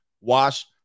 Wash